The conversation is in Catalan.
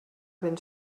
ben